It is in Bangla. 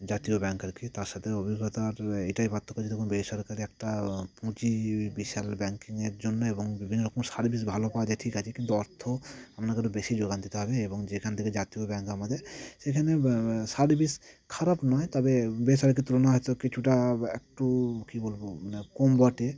জাতীয় ব্যাংক আর কি তার সাথে অভিজ্ঞতার এটাই পার্থক্য যে দেখুন বেসরকারি একটা পুঁজি বিশাল ব্যাংকিংয়ের জন্য এবং বিভিন্ন রকম সার্ভিস ভালো পাওয়া যায় ঠিক আছে কিন্তু অর্থ আপনাকে একটু বেশি যোগান দিতে হবে এবং যেখান থেকে জাতীয় ব্যাংক আমাদের সেখানে সার্ভিস খারাপ নয় তবে বেসরকারির তুলনায় হয়তো কিছুটা একটু কী বলব মানে কম বটে